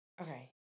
Okay